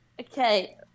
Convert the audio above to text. Okay